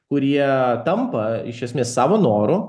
kurie tampa iš esmės savo noru